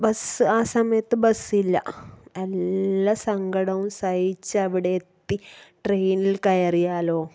bus ആ സമയത്ത് ബസ്സില്ല എല്ലാ സങ്കടവും സഹിച്ചവിടെയെത്തി ട്രെയിനിൽ കയറിയാലോ